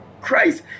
Christ